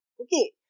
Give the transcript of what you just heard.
Okay